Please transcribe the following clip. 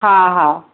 हा हा